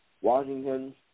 Washington